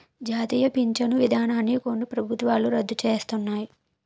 జాతీయ పించను విధానాన్ని కొన్ని ప్రభుత్వాలు రద్దు సేస్తన్నాయి